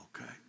okay